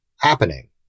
happening